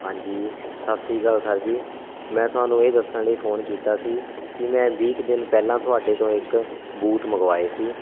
ਹਾਂਜੀ ਸਤਿ ਸ਼੍ਰੀ ਅਕਾਲ ਸਰ ਜੀ ਮੈਂ ਤੁਹਾਨੂੰ ਇਹ ਦੱਸਣ ਲਈ ਫੋਨ ਕੀਤਾ ਸੀ ਕਿ ਮੈਂ ਵੀਹ ਕੁ ਦਿਨ ਪਹਿਲਾਂ ਤੁਹਾਡੇ ਤੋਂ ਇੱਕ ਬੂਟ ਮੰਗਵਾਏ ਸੀ